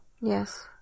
Yes